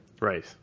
Right